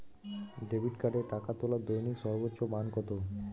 Debit কার্ডে টাকা তোলার দৈনিক সর্বোচ্চ মান কতো?